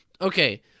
Okay